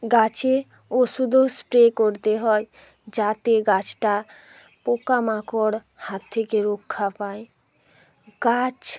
গাছে ওষুধও স্প্রে করতে হয় যাতে গাছটা পোকামাকড় হাত থেকে রক্ষা পায় গাছ